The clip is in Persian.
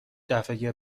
دفعه